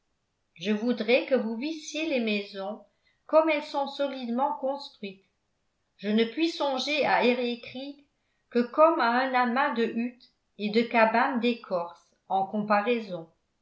je voudrais que vous vissiez les maisons comme elles sont solidement construites je ne puis songer à eriécreek que comme à un amas de huttes et de cabanes d'écorce en comparaison